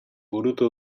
burutu